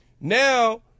Now